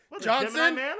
Johnson